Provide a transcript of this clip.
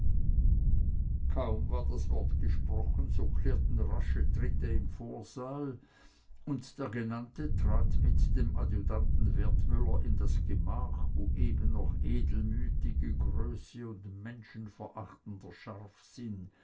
kaum war das wort ausgesprochen so klirrten rasche tritte im vorsaal und der genannte trat mit dem adjutanten wertmüller in das gemach wo eben noch edelmütige größe und menschenverachtender